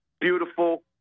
beautiful